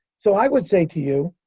so, i would say to you,